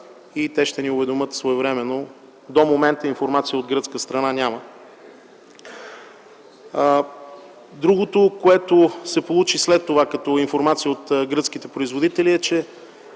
и те ще ни уведомят своевременно. До момента информация от гръцка страна няма. Другото, което се получи след това като информация от гръцките производители, е, че